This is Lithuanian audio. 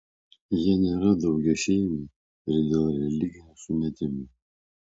jie nėra daugiašeimiai ir dėl religinių sumetimų